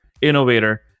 innovator